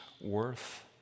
worth